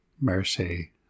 mercy